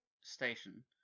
station